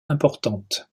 importante